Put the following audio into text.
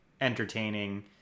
entertaining